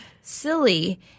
silly